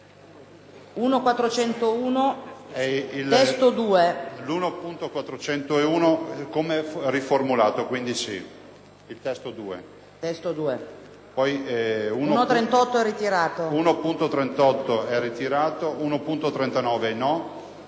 1.401 (testo 2).